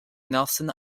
nelson